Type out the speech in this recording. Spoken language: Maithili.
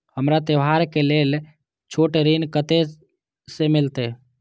हमरा त्योहार के लेल छोट ऋण कते से मिलते?